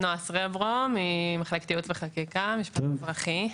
נועה סרברו ממחלקת ייעוץ וחקיקה, משפט אזרחי.